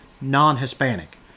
non-Hispanic